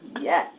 Yes